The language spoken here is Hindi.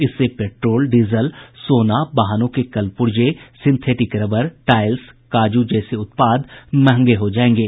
इससे पेट्रोल डीजल सोना वाहनों के कलपूर्जे सिंथेटिक रबर टाईल्स काजू जैसे उत्पाद महंगे हो जायेंगे